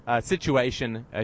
Situation